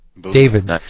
David